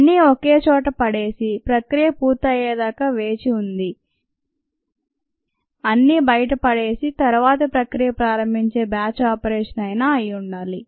అన్నీ ఒకేచోట పడేసి ప్రక్రియ పూర్తి అయ్యేదాకా వేచి ఉంది అన్నీ బయట పడేసి తరువాతి ప్రక్రియ ప్రారంభించే బ్యాచ్ ఆపరేషన్ అయినా అయ్యిండాలి